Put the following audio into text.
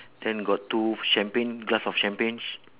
then got two champagne glass of champagnes